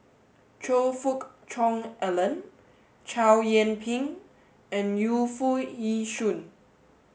Choe Fook Cheong Alan Chow Yian Ping and Yu Foo Yee Shoon